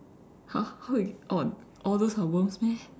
!huh! how you oh all those are worms meh